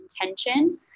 intention